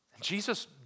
Jesus